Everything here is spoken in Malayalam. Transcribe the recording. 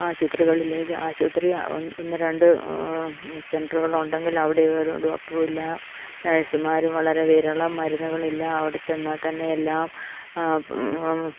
ആശുപത്രികളിലേക്ക് ആശുപത്രി ഒന്ന് രണ്ട് സെൻ്ററുകള് ഉണ്ടെങ്കിൽ അവിടെ ഒരു ഡോക്ടറും ഇല്ല നേഴ്സുമാരും വളരെ വിരളം മരുന്നുകളില്ല അവിടെ ചെന്നാൽ തന്നെ എല്ലാം